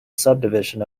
subdivision